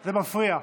זה מפריע.